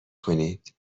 کنید